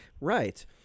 Right